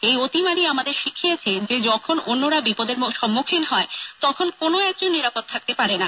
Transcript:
এই অতিমারী আমাদের শিখিয়েছে যে অন্যরা যখন বিপদের সম্মুখীন হয় তখন কোনো একজন নিরাপদ থাকতে পারে না